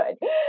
good